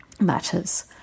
matters